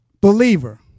believer